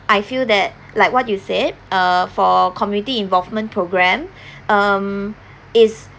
I feel that like what you said uh for community involvement programme um is